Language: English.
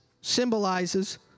symbolizes